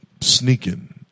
sneaking